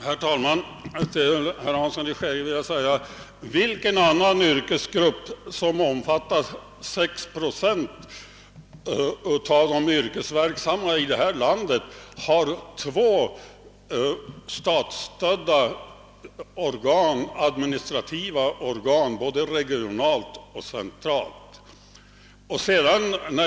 Herr talman! Jag vill fråga herr Hansson i Skegrie: Vilken annan yrkesgrupp som omfattar 6 procent av de yrkesverksamma i detta land har två statsstödda administrativa organ både regionalt och centralt?